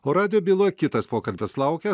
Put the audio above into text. o radijo byloj kitas pokalbis laukia